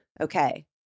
okay